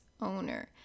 owner